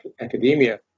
academia